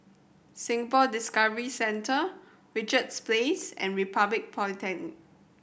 Singapore Discovery Centre Richards Place and Republic Polytechnic